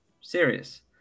serious